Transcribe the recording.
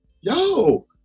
yo